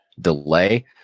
delay